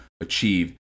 achieve